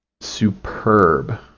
Superb